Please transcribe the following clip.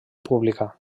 pública